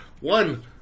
One